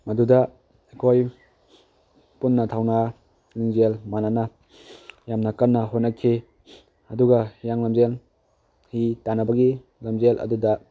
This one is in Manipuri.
ꯃꯗꯨꯗ ꯑꯩꯈꯣꯏ ꯄꯨꯟꯅ ꯊꯧꯅꯥ ꯂꯤꯡꯖꯦꯜ ꯃꯤꯟꯅꯅ ꯌꯥꯝꯅ ꯀꯟꯅ ꯍꯣꯠꯅꯈꯤ ꯑꯗꯨꯒ ꯍꯤꯌꯥꯡ ꯂꯝꯖꯦꯟ ꯍꯤ ꯇꯥꯟꯅꯕꯒꯤ ꯂꯝꯖꯦꯜ ꯑꯗꯨꯗ